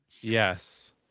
yes